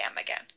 again